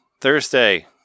Thursday